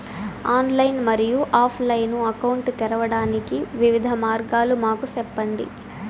Online మరియు offline account తెరవడానికి వివిధ మార్గాలు మాకు సెప్పండి?